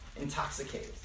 intoxicated